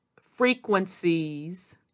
frequencies